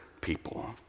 people